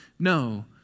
No